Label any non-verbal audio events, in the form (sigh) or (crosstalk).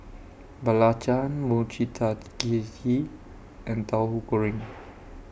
Belacan Mochi (unintelligible) and Tahu Goreng